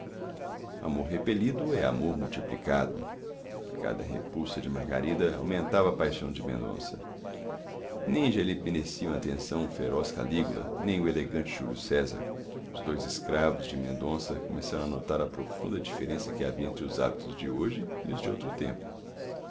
amor repelido é amor multiplicado cada repulsa de margarida aumentava a paixão de mendonça nem já lhe mereciam atenção o feroz calígula nem o elegante júlio césar os dois escravos de mendonça começaram a notar a profunda diferença que havia entre os hábitos de hoje e os de outro tempo